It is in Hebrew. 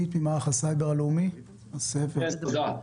כן, תודה.